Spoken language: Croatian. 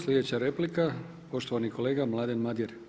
Sljedeća replika, poštovani kolega Mladen Madjer.